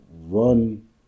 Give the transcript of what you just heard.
run